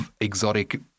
exotic